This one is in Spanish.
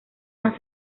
más